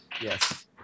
Yes